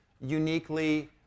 uniquely